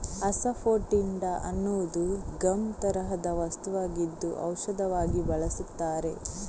asafoetida ಅನ್ನುವುದು ಗಮ್ ತರಹದ ವಸ್ತುವಾಗಿದ್ದು ಔಷಧವಾಗಿ ಬಳಸುತ್ತಾರೆ